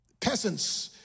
Peasants